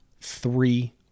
three